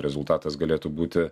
rezultatas galėtų būti